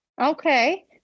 Okay